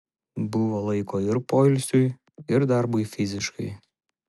buvo laiko ir poilsiui ir darbui fiziškai